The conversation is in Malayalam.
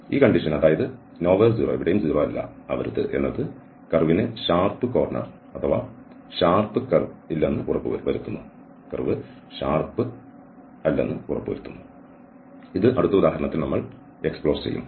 ഈ അവസ്ഥ അതായത് എവിടെയും 0 അല്ല എന്നത് കർവിന്ന് ഷാർപ് കോർണർ അഥവാ ഷാർപ് കർവ് ഇല്ലെന്ന് ഉറപ്പുവരുത്തുന്നു ഇത് അടുത്ത ഉദാഹരണത്തിൽ നമ്മൾ പര്യവേക്ഷണം ചെയ്യും